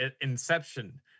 inception